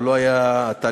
או לא היה תהליך,